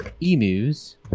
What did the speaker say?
emus